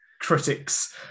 critics